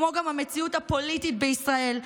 כמו גם מהמציאות הפוליטית בישראל,